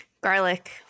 Garlic